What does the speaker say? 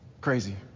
crazy